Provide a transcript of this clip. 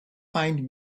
find